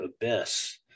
abyss